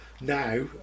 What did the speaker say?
now